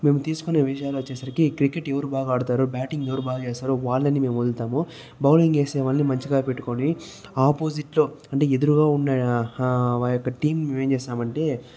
మేము తీసుకునే విషయాలు వచ్చేసరికి క్రికెట్ ఎవరు బాగా ఆడతారో బ్యాటింగ్ ఎవరు బాగా వేస్తారు వాళ్లని మేము వదులుతాము బౌలింగ్ వేసే వాళ్ళని మంచిగా పెట్టుకుని ఆపోజిట్ లో అంటే ఎదురుగా ఉన్నా వా యొక్క టీం ఏం చేస్తామంటే